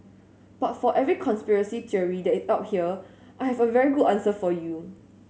but for every conspiracy theory that it out here I have a very good answer for you